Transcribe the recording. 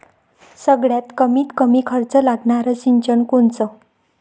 सगळ्यात कमीत कमी खर्च लागनारं सिंचन कोनचं?